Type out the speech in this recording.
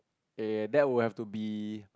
eh that would have to be